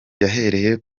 yahereye